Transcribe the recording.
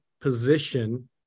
position